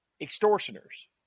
extortioners